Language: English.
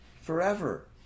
forever